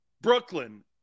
Brooklyn